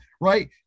right